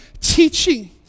teaching